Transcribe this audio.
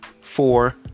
four